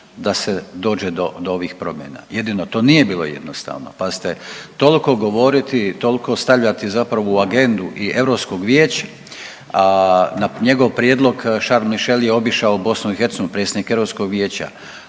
da se dođe do ovih promjena. Jedino to nije bilo jednostavno. Pazite, toliko govoriti i toliko stavljati zapravo u agendu i Europskog vijeća. Njegov prijedlog Charles Mishel je obišao BiH, predsjednik Europskog vijeća,